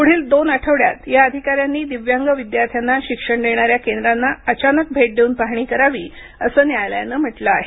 पुढील दोन आठवड्यांत या अधिकाऱ्यांनी दिव्यांग विद्यार्थ्यांना शिक्षण देणाऱ्या केंद्रांना अचानक भेट देऊन पाहणी करावी असं न्यायालयानं म्हटलं आहे